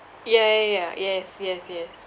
ya ya ya yes yes yes